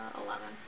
eleven